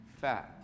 fat